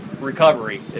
recovery